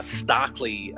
starkly